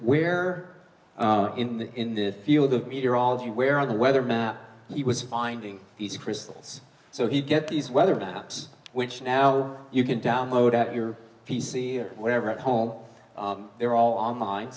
where in the in the field of meteorology where on the weather map he was finding these crystals so he'd get these weather maps which now you can download at your p c or whatever at home they're all online